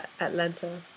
Atlanta